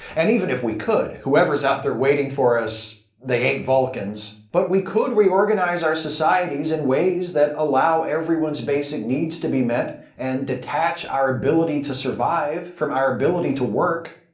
and even if we could, whoever's out there waiting for us, they ain't vulcans. but we could reorganize our societies in ways that allow everyone's basic needs to be met and detach our ability to survive from our ability to work.